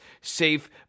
safe